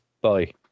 Bye